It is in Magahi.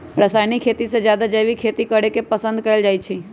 रासायनिक खेती से जादे जैविक खेती करे के पसंद कएल जाई छई